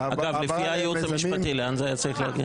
אגב, לפי הייעוץ המשפטי לאן זה היה צריך להגיע?